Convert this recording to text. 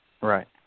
Right